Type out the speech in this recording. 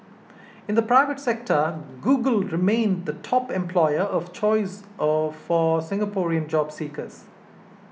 in the private sector Google remained the top employer of choice or for Singaporean job seekers